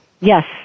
Yes